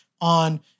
on